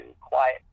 quiet